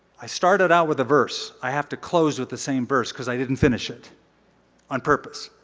i started out with a verse. i have to close with the same verse because i didn't finish it on purpose.